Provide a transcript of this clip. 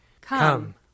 Come